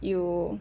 you